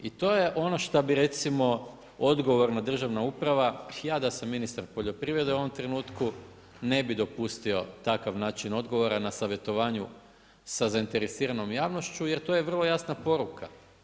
I to je ono šta bi recimo, odgovorna državna uprava, ja da sam ministar poljoprivrede u ovom trenutku, ne bi dopustio takav način odgovora na savjetovanju sa zainteresiranom javnošću, jer to je vrlo jasna poruka.